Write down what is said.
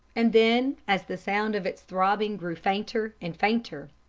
and then as the sound of its throbbing grew fainter and fainter,